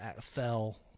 fell